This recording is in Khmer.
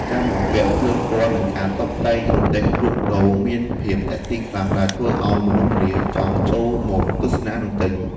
ការបំពាក់ភ្លើងពណ៌និងការតុបតែងរទេះលក់ដូរមានភាពទាក់ទាញខ្លាំង ដែលធ្វើឱ្យមនុស្សម្នាចង់ចូលមកទស្សនានិងទិញ។